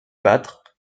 battre